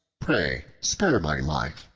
pray spare my life,